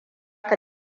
ka